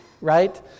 right